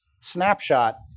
snapshot